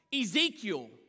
Ezekiel